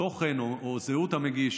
תוכן או זהות המגיש.